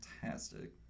Fantastic